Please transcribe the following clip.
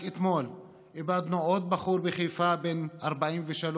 רק אתמול איבדנו עוד בחור בחיפה בן 43,